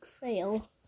Fail